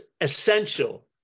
essential